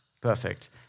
Perfect